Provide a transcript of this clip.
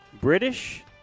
British